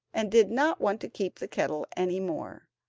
and did not want to keep the kettle any more,